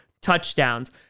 touchdowns